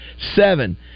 Seven